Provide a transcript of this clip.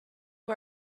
who